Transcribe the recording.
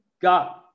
god